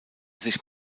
sich